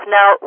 Now